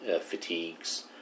fatigues